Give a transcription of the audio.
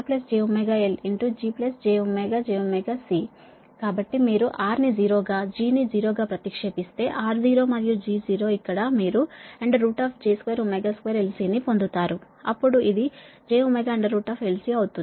కాబట్టి మీరు r ని 0 గా g ని 0 గా ప్రతిక్షేపిస్తే r0 మరియు g0 ఇక్కడ మీరు j2 2 LC ను పొందుతారు అప్పుడు అది jω LC అవుతుంది